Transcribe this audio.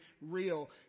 real